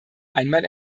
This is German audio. einmal